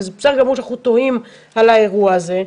וזה בסדר שאנחנו טועים על האירוע הזה,